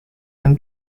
yang